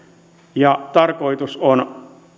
ja tarkoitus on